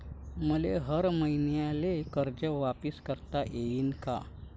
मले हर मईन्याले कर्ज वापिस करता येईन का?